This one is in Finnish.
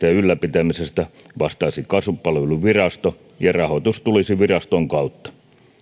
ja ylläpitämisestä vastaisi kasvupalveluvirasto ja rahoitus tulisi viraston kautta